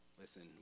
Listen